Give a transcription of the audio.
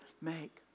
make